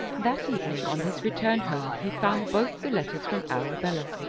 that evening on his return home he found both the letters from arabella.